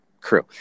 crew